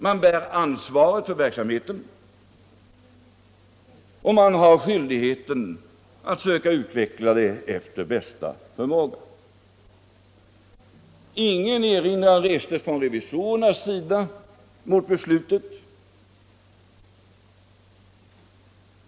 Man bär ansvaret för verksamheten, och man har skyldighet att söka utveckla den efter bästa förmåga. Ingen erinran restes från revisorernas sida mot beslutet.